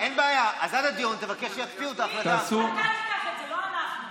אתה תיקח את זה, לא אנחנו.